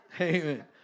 Amen